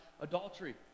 adultery